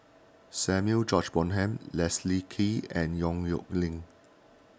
Samuel George Bonham Leslie Kee and Yong Nyuk Lin